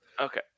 Okay